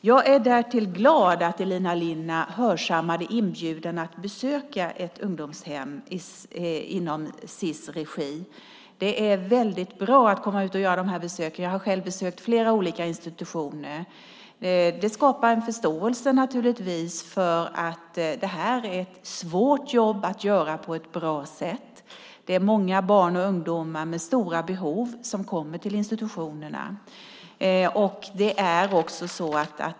Jag är därför glad att Elina Linna hörsammade inbjudan att besöka ett ungdomshem inom Sis regi. Det är väldigt bra att komma ut och göra de här besöken - jag har själv besökt flera olika institutioner. Det skapar naturligtvis en förståelse för att det är svårt att göra det här jobbet på ett bra sätt. Det är många barn och ungdomar med stora behov som kommer till institutionerna.